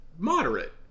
moderate